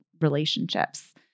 relationships